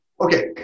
okay